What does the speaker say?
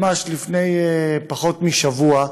ממש לפני פחות משבוע,